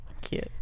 cute